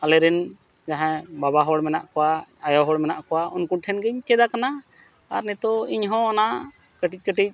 ᱟᱞᱮᱨᱮᱱ ᱡᱟᱦᱟᱸᱭ ᱵᱟᱵᱟ ᱦᱚᱲ ᱢᱮᱱᱟᱜ ᱠᱚᱣᱟ ᱟᱭᱚ ᱦᱚᱲ ᱢᱮᱱᱟᱜ ᱠᱚᱣᱟ ᱩᱱᱠᱩ ᱴᱷᱮᱱ ᱜᱤᱧ ᱪᱮᱫ ᱟᱠᱟᱱᱟ ᱟᱨ ᱱᱤᱛᱳᱜ ᱤᱧᱦᱚᱸ ᱚᱱᱟ ᱠᱟᱹᱴᱤᱡ ᱠᱟᱹᱴᱤᱡ